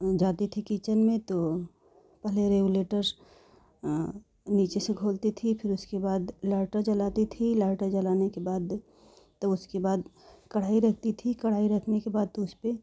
जाते थे किचन में तो पहले रेगुलेटर्स नीचे से खोलती थी फिर उसके बाद लाइटर जलाती थी लाइटर जलाने के बाद तो उसके बाद कढ़ाई रखती थी कढ़ाई रखने के बाद उस पे